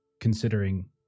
considering